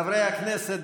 חברי הכנסת,